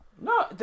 No